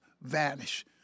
vanish